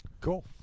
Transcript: Cool